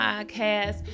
podcast